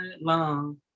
Long